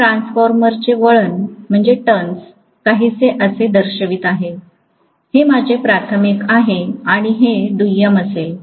मी ट्रान्सफॉर्मरचे वळण काहीसे असे दर्शविते हे माझे प्राथमिक आहे आणि हे दुय्यम असेल